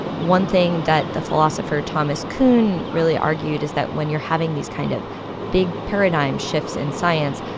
one thing that the philosopher thomas kuhn really argued is that when you're having these kind of big paradigm shifts in science,